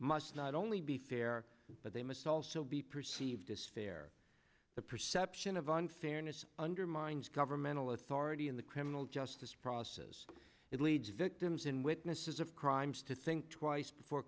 not only be fair but they must also be perceived as fair the perception of unfairness undermines governmental authority in the criminal justice process it leads victims in witnesses of crimes to think twice before